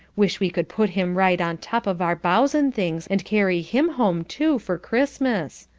wish we could put him right on top of our boughs and things, and carry him home too, for christmas.